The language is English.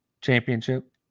championship